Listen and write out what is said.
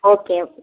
okay